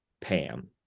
Pam